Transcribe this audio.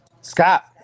Scott